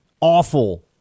awful